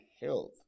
health